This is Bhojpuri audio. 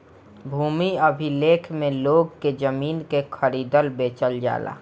भूमि अभिलेख में लोग के जमीन के खरीदल बेचल जाला